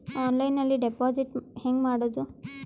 ಆನ್ಲೈನ್ನಲ್ಲಿ ಡೆಪಾಜಿಟ್ ಹೆಂಗ್ ಮಾಡುದು?